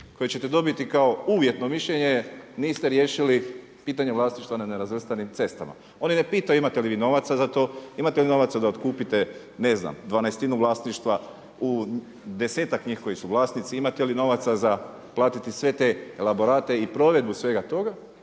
koje ćete dobiti kao uvjetno mišljenje je, niste riješili pitanje vlasništva na nerazvrstanim cestama. Oni ne pitaju imate li vi novaca za to, imate li novaca da otkupite ne znam dvanaestinu vlasništva u desetak njih koji su vlasnici, imate li novaca za platiti sve te elaborate i provedbu svega toga